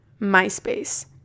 MySpace